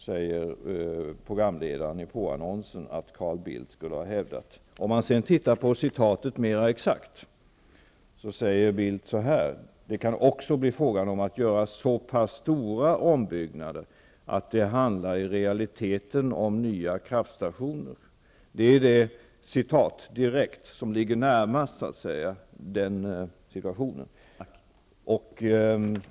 Om man sedan tittar noggrannare på citatet, finner man att Bildt säger att ''det kan också bli fråga om att göra så pass stora ombyggnader att det handlar i realiteten om nya kraftstationer''. Det är detta citat som närmast beskriver situationen.